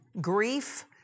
grief